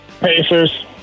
Pacers